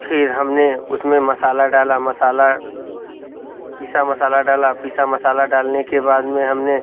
फिर हमने उसमें मसाला डाला मसाला पिसा मसाला डाला पिसा मसाला डालने के बाद में हमने